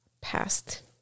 past